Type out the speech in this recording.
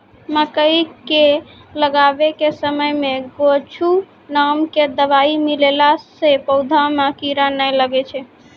मकई के लगाबै के समय मे गोचु नाम के दवाई मिलैला से पौधा मे कीड़ा नैय लागै छै?